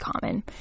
common